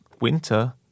winter